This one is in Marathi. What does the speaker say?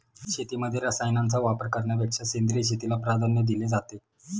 शेतीमध्ये रसायनांचा वापर करण्यापेक्षा सेंद्रिय शेतीला प्राधान्य दिले जाते